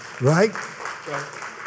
Right